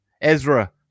Ezra